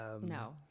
no